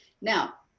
Now